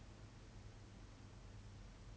我们也不觉得 is anything 错 [what]